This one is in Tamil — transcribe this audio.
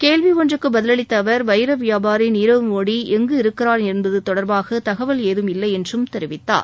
கேள்வி ஒன்றுக்கு பதிலளித்த அவர் வைர வியாபாரி நிரவ்மோடி எங்கு இருக்கிறார் என்பது தொடர்பாக தகவல் ஏதும் இல்லை என்றும் தெரிவித்தார்